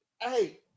Hey